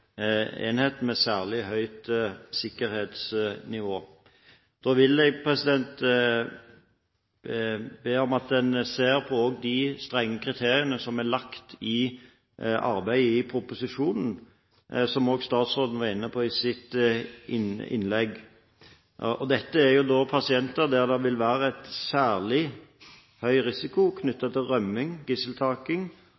enheten med særlig høyt sikkerhetsnivå. Da vil jeg be om at man også ser på de strenge kriteriene som er lagt i arbeidet i proposisjonen, som også statsråden var inne på i sitt innlegg. Dette er pasienter med en særlig høy risiko